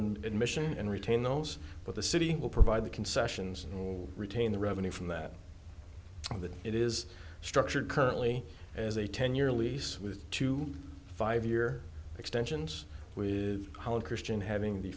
and admission and retain those with the city will provide the concessions and will retain the revenue from that it is structured currently as a ten year lease with two five year extensions with holland christian having the